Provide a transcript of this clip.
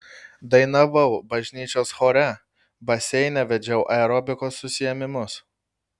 dainavau bažnyčios chore baseine vedžiau aerobikos užsiėmimus